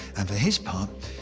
and for his part,